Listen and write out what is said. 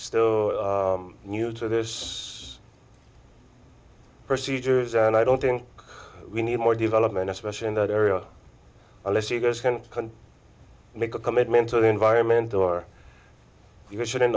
still new to this procedure and i don't think we need more development especially in that area unless you guys can make a commitment to the environment or you shouldn't